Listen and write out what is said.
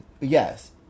Yes